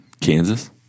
Kansas